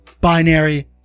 binary